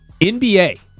NBA